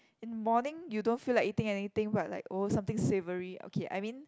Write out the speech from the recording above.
in morning you don't feel like eating anything but like oh something savory okay I mean